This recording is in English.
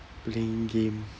playing game